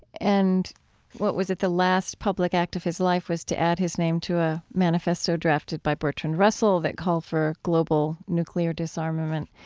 and what was it? the last public act of his life was to add his name to a manifesto drafted by bertrand russell that called for global nuclear disarmament.